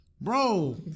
Bro